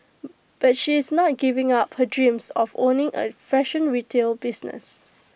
but she is not giving up her dreams of owning A fashion retail business